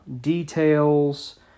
details